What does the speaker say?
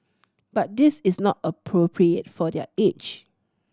but this is not appropriate for their age